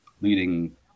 leading